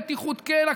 בטיחות, כן.